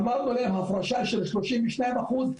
אמרנו להם הפרשה של שלושים ושניים אחוז,